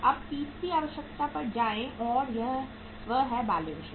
अब अगली तीसरी आवश्यकता पर जाएं और वह है बैलेंस शीट